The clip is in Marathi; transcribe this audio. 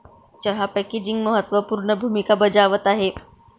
चहा पॅकेजिंग महत्त्व पूर्ण भूमिका बजावत आहे